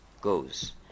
goes